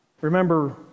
Remember